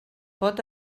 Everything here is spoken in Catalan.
pot